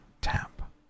tap